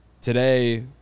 today